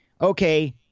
Okay